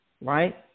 right